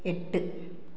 எட்டு